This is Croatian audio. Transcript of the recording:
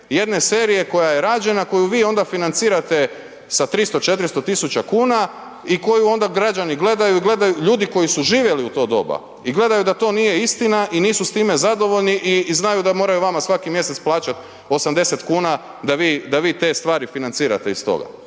jedne serije koja je rađena, koju vi onda financirate sa 300, 400 000 kuna i koju onda građani gledaju, gledaju, ljudi koji su živjeli u to doba i gledaju da to nije istina i nisu s time zadovoljni i znaju da moraju vama svaki mjesec plaćat 80 kuna da vi te stvari financirate iz toga.